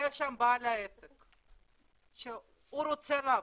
ויש שם את בעל העסק שהוא רוצה לעבוד,